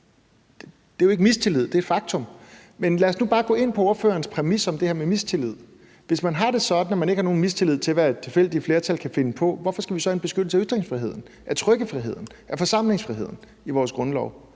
Det er jo ikke mistillid; det er et faktum. Men lad os nu bare gå ind på ordførerens præmis om det her med mistillid. Hvis man har det sådan, at man ikke har nogen mistillid til, hvad tilfældige flertal kan finde på, hvorfor skal vi så have en beskyttelse af ytringsfriheden, af trykkefriheden, af forsamlingsfriheden i vores grundlov?